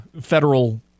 federal